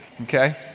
okay